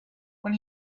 when